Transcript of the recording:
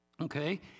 okay